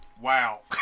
wow